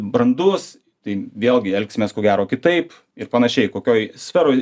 brandus tai vėlgi elgsimės ko gero kitaip ir panašiai kokioj sferoj